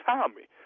Tommy